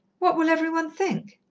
what will every one think?